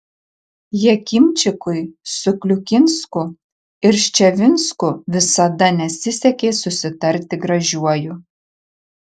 jakimčikui su kliukinsku ir ščavinsku visada nesisekė susitarti gražiuoju